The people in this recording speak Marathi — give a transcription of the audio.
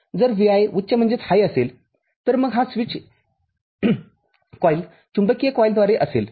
जर Vi उच्च असेल तर मग हा स्विच कॉईल चुंबकीय कॉइलद्वारे असेल